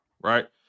right